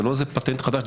זה לא איזה פטנט חדש.